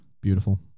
Beautiful